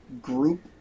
group